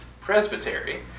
presbytery